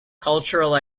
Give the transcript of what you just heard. cultural